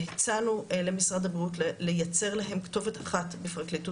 הצענו למשרד הבריאות לייצר להם כתובת אחת בפרקליטות